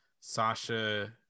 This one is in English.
Sasha